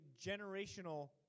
generational